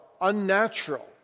Unnatural